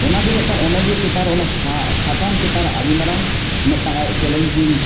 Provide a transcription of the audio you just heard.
ᱚᱱᱟᱜᱮ ᱢᱤᱫᱴᱟᱱ ᱚᱱᱚᱞᱤᱭᱟᱹ ᱪᱮᱛᱟᱱ ᱨᱮ ᱚᱱᱟ ᱥᱟᱛᱟᱢ ᱪᱮᱛᱟᱱ ᱨᱮ ᱟᱹᱰᱤ ᱢᱟᱨᱟᱝ ᱢᱤᱫᱴᱟᱝ ᱪᱮᱞᱮᱧᱡᱤᱝ